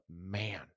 man